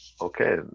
okay